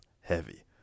heavy